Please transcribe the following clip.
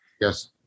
Yes